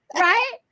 right